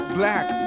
black